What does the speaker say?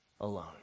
alone